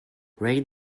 rate